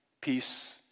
peace